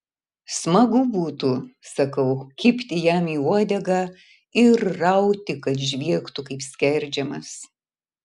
smagu būtų sakau kibti jam į uodegą ir rauti kad žviegtų kaip skerdžiamas